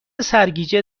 سرگیجه